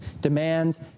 demands